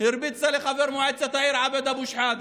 הרביצה לחבר מועצת העיר עבד אבו שחאדה.